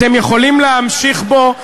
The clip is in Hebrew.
אתם יכולים להמשיך בו,